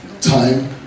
time